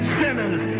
sinners